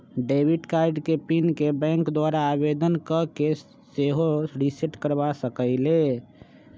debit card के PIN के bank द्वारा आवेदन कऽ के सेहो रिसेट करबा सकइले